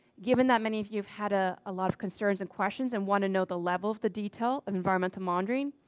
given that many of you have had a ah lot of concerns and questions, and want to know the level of the detail of environmental monitoring,